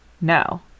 No